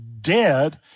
dead